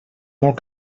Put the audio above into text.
molt